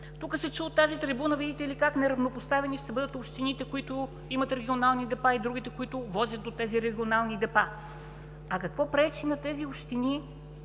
Тук се чу от тази трибуна, видите ли, как неравнопоставени ще бъдат общините, които имат регионални депа и другите, които возят до тези регионални депа, а какво пречи на тези общини